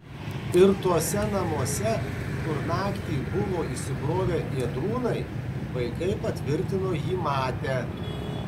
ir tuose namuose kur naktį buvo įsibrovę ėdrūnai vaikai patvirtino jį matę